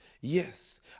Yes